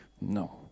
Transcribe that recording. no